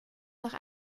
nach